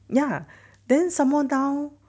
ya then some more now